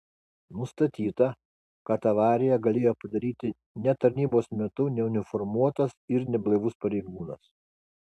nustatyta kad avariją galėjo padaryti ne tarnybos metu neuniformuotas ir neblaivus pareigūnas